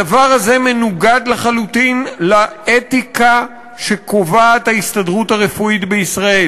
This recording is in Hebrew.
הדבר הזה מנוגד לחלוטין לאתיקה שקובעת ההסתדרות הרפואית בישראל.